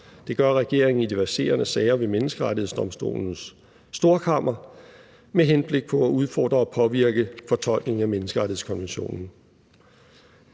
Det gør regeringen i de verserende sager ved Menneskerettighedsdomstolens storkammer med henblik på at udfordre og påvirke fortolkningen af menneskerettighedskonventionen.